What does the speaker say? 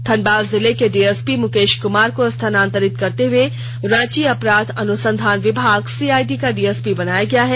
धनबाद जिले के डीएसपी मुकेश कुमार को स्थानांतरित करते हुए रांची अपराध अनुसंधान विभाग सीआईडी का डीएसपी बनाया गया हैं